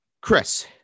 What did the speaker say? Chris